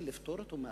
לפטור אותו מאחריות?